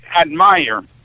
admire